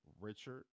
Richard